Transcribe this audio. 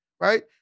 right